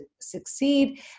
succeed